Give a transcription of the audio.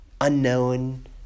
unknown